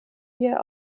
wir